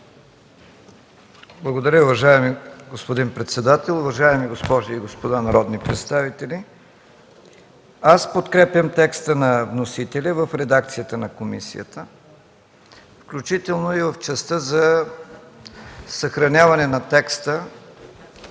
Благодаря, уважаеми господин председател. Уважаеми госпожи и господа народни представители, подкрепям текста на вносителя в редакцията на комисията, включително и в частта за съхраняване на текста